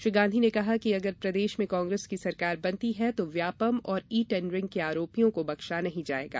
श्री गांधी ने कहा कि अगर प्रदेश में कांग्रेस की सरकार बनती है तो प्यापम और ई टेंडरिंग के आरोपियों को बक्शा नहीं जायेगा